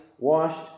washed